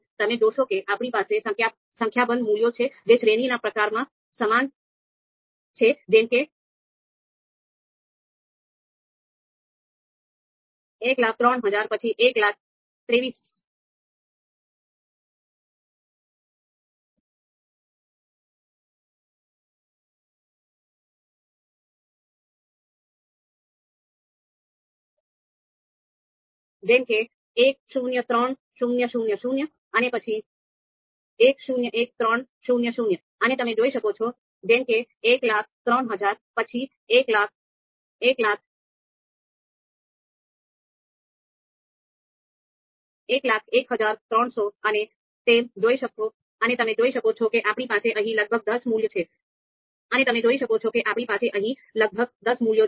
તમે જોશો કે આપણી પાસે સંખ્યાબંધ મૂલ્યો છે જે શ્રેણીના પ્રકારમાં સમાન છે જેમ કે 103000 પછી 101300 અને તમે જોઈ શકો છો કે આપણી પાસે અહીં લગભગ દસ મૂલ્યો છે